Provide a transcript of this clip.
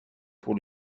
pour